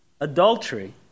Adultery